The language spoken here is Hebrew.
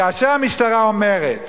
כאשר המשטרה אומרת